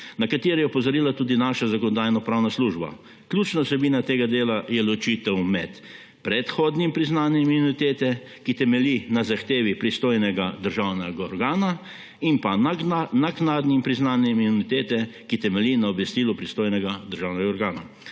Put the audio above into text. na katere je opozorila tudi naša Zakonodajno-pravna služba. Ključna vsebina tega dela je ločitev med predhodnim priznanjem imunitete, ki temelji na zahtevi pristojnega državnega organa, in pa naknadnim priznanjem imunitete, ki temelji na obvestilu pristojnega državnega organa.